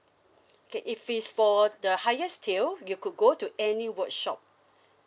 okay if it's for the highest tier you could go to any workshop